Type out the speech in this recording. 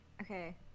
Okay